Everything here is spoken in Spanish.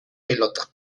pelota